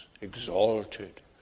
exalted